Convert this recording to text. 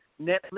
Netflix